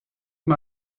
mal